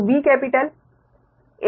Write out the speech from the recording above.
तो V capital A capital B